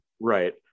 Right